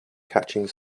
catching